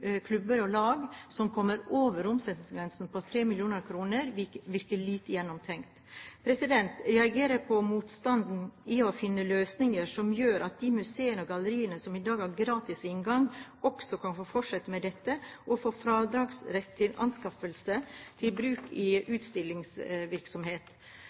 klubber og lag som kommer over omsetningsgrensen på 3 mill. kr, virker lite gjennomtenkt. Jeg reagerer på motstanden mot å finne løsninger som gjør at de museer og gallerier som i dag har gratis inngang, også kan få fortsette med dette, og få fradragsrett til anskaffelse til bruk i